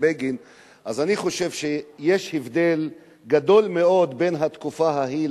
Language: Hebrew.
ואני חושב שאם הוא היה מתהפך ורואה את הדברים האלה,